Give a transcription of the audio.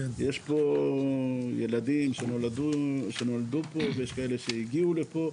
יש פה ילדים שנולדו פה, ויש כאלו שהגיעו לפה,